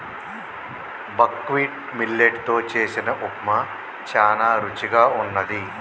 buckwheat millet తో చేసిన ఉప్మా చానా రుచిగా వున్నది